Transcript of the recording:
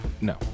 No